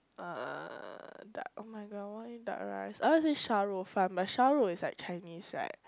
uh duck [oh]-my-god I want eat duck rice I want say shao-rou-fan but shao-rou is like Chinese right